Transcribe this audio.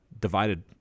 divided